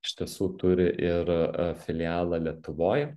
iš tiesų turi ir filialą lietuvoj